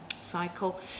cycle